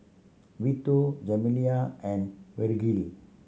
Vito and